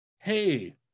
hey